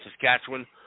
Saskatchewan